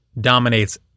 dominates